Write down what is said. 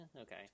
okay